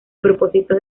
propósitos